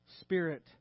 spirit